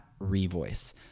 Revoice